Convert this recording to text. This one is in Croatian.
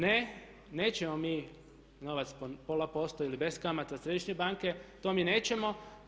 Ne, nećemo mi novac pola posto ili bez kamata središnje banke, to mi nećemo.